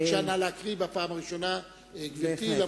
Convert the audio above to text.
בבקשה, נא להקריא בפעם הראשונה, גברתי.